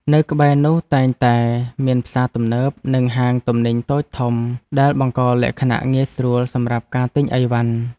នៅក្បែរនោះតែងតែមានផ្សារទំនើប និងហាងទំនិញតូចធំ ដែលបង្កលក្ខណៈងាយស្រួលសម្រាប់ការទិញអីវ៉ាន់។